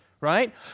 right